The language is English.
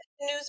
news